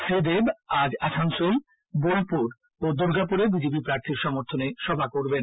শ্রীদেব আজ আসানসোল বোলপুর ও দুর্গাপুরে বিজেপি প্রার্থীর সমর্থনে সভা করবেন